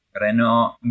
Renault